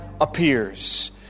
appears